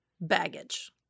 baggage